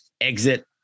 exit